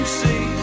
see